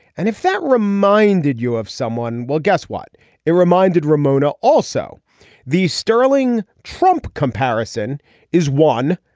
and if that reminded you of someone. well guess what it reminded ramona. also these sterling trump comparison is one.